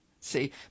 See